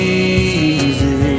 easy